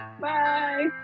Bye